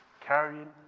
Carrying